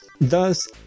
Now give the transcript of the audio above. Thus